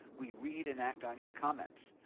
we read and act on your comments.